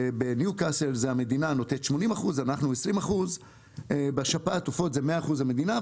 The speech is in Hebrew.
בניוקסל זה המדינה נותנת 80% ואנחנו 20%. בשפעת העופות זה 100% המדינה,